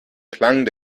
klang